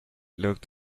looked